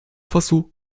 faso